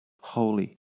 holy